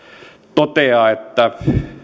toteaa että